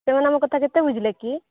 ସେମାନେ ଆମ କଥା କେତେ ବୁଝିଲେ କି